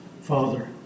father